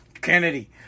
Kennedy